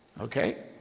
Okay